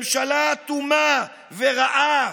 ממשלה אטומה ורעה,